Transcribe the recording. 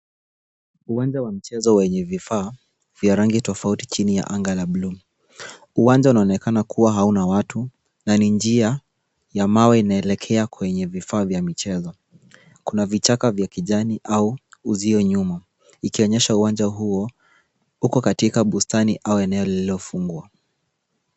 Uwanja wa michezo wenye vifaa vya rangi tofauti chini ya anga ya buluu. Uwanja unaonekana kuwa hauna watu na ni njia ya mawe inaelekea kwenye vifaa vya michezo. Kuna vichaka vya kijani au uzio nyuma, ikionyesha uwanja huo uko katika bustani au eneo lililofungwa.